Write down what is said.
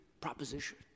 proposition